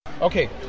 Okay